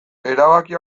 erabakia